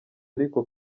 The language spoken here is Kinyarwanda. ariko